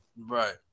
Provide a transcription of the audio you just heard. right